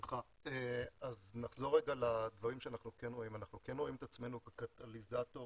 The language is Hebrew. נחזור לדברים, אנחנו כן רואים את עצמנו כקטליזטור